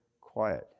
quiet